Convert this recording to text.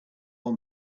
one